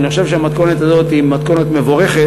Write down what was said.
ואני חושב שהמתכונת הזאת היא מתכונת מבורכת.